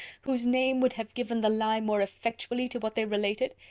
whose name would have given the lie more effectually to what they related?